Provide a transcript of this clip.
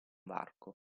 varco